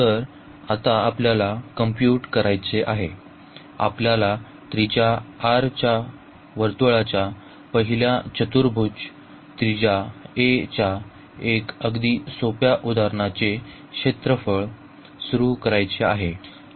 तर आता आपल्याला कॉम्पुट करायचे आहे आपल्याला त्रिज्या r च्या वर्तुळाच्या पहिल्या चतुर्भुज त्रिज्या a च्या एक अगदी सोप्या उदाहरणाचे क्षेत्रफळ सुरू करायचे आहे